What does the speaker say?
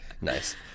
Nice